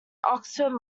oxford